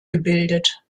gebildet